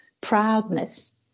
proudness